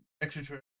extra